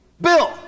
Bill